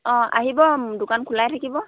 অঁ আহিব দোকান খোলাই থাকিব